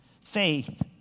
faith